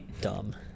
dumb